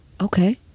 okay